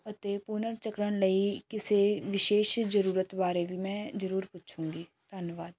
ਅਤੇ ਪੁਨਰ ਚੱਕਰਣ ਲਈ ਕਿਸੇ ਵਿਸ਼ੇਸ਼ ਜ਼ਰੂਰਤ ਬਾਰੇ ਵੀ ਮੈਂ ਜ਼ਰੂਰ ਪੁੱਛਾਂਗੀ ਧੰਨਵਾਦ